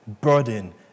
burden